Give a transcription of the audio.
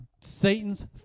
Satan's